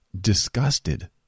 disgusted